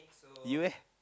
you eh